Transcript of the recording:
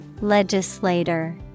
Legislator